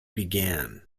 began